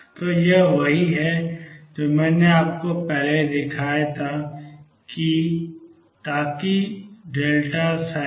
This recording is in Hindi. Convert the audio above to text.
तो यह वही है जो मैंने आपको पहले दिखाया था कि यह था ताकि 0